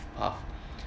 !huh!